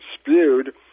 spewed